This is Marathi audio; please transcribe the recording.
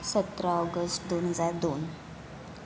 सतरा ऑगस्ट दोन हजार दोन